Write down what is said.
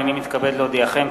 הנני מתכבד להודיעכם,